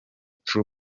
true